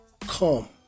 Come